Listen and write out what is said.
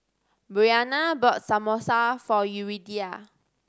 Briana bought Samosa for Yuridia